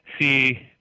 see